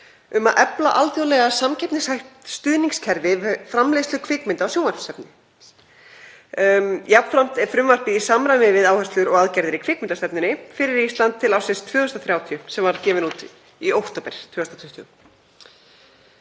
um að efla alþjóðlega samkeppnishæft stuðningskerfi við framleiðslu kvikmynda og sjónvarpsefnis. Jafnframt er frumvarpið í samræmi við áherslur og aðgerðir í kvikmyndastefnunni fyrir Ísland til ársins 2030 sem var gefin út í október 2020.